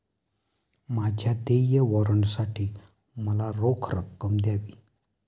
माझ्या देय वॉरंटसाठी मला रोख रक्कम द्यावी